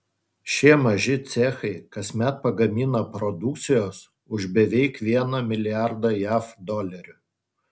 šie maži cechai kasmet pagamina produkcijos už beveik vieną milijardą jav dolerių